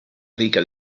rica